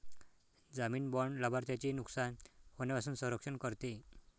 जामीन बाँड लाभार्थ्याचे नुकसान होण्यापासून संरक्षण करते